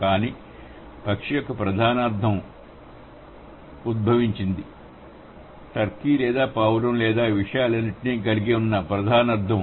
కానీ పక్షి యొక్క ప్రధాన అర్ధం ఉద్భవించింది టర్కీ లేదా పావురం లేదా ఈ విషయాలన్నింటినీ కలిగి ఉన్న ప్రధాన అర్ధం